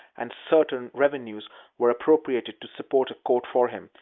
and certain revenues were appropriated to support a court for him,